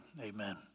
amen